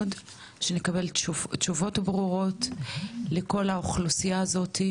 שנקבל תשובות ברורות לכל האוכלוסייה הזאת,